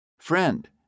Friend